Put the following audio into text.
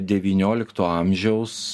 devyniolikto amžiaus